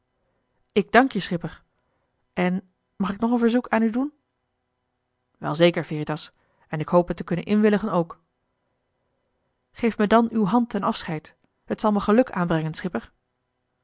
ik dank je schipper en mag ik nog een verzoek aan u doen wel zeker veritas en ik hoop het te kunnen inwilligen ook geef me dan uw hand ten afscheid het zal me geluk aanbrengen schipper